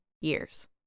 years